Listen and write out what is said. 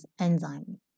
enzyme